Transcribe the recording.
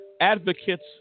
advocates